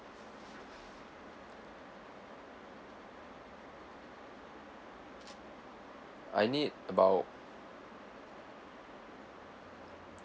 I need about